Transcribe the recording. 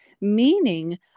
meaning